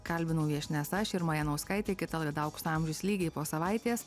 kalbinau viešnias aš irma janauskaitė kita laida aukso amžius lygiai po savaitės